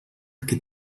que